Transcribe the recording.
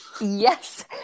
yes